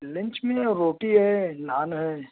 lunch میں روٹی ہے نان ہے